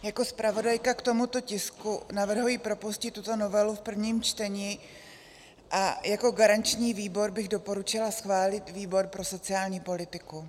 Jako zpravodajka k tomuto tisku navrhuji propustit tuto novelu v prvním čtení a jako garanční výbor bych doporučila schválit výbor pro sociální politiku.